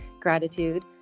Gratitude